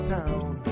town